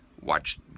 watch